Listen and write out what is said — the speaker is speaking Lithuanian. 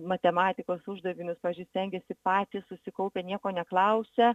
matematikos uždavinius pavyzdžiui stengiasi patys susikaupę nieko neklausia